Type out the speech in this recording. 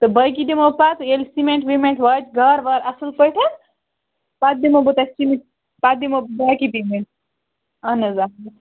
تہٕ باقی دِمو پَتہٕ ییٚلہِ سیٖمٮ۪نٛٹ ویٖمٮ۪نٛٹ واتہِ گار وار اَصٕل پٲٹھۍ پَتہٕ دِمو بہٕ تۄہہِ پَتہٕ دِمو بہٕ باقی پیمٮ۪نٛٹ اَہَن حظ اَہَن حظ